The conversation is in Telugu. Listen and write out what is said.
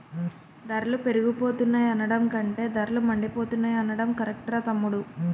ధరలు పెరిగిపోతున్నాయి అనడం కంటే ధరలు మండిపోతున్నాయ్ అనడం కరెక్టురా తమ్ముడూ